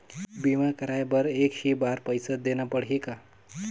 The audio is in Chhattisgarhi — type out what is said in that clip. बीमा कराय बर एक ही बार पईसा देना पड़ही का?